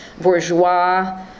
bourgeois